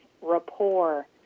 rapport